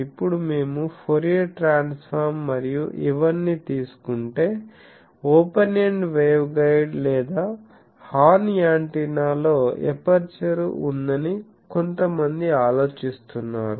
ఇప్పుడు మేము Fourier transform మరియు ఇవన్నీ తీసుకుంటే ఓపెన్ ఎండ్ వేవ్గైడ్ లేదా హార్న్ యాంటెన్నా లో ఎపర్చరు ఉందని కొంతమంది ఆలోచిస్తున్నారు